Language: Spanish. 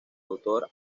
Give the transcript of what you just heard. autor